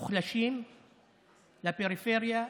המוחלשים מהפריפריה,